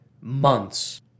months